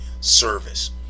service